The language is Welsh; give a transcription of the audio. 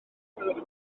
gwelwch